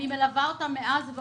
אני מלווה אותה מאז.